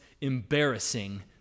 embarrassing